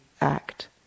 act